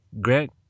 Grant